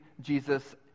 Jesus